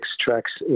tracks